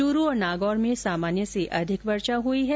चूरू और नागौर में सामान्य से अधिक वर्षा हई है